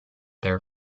their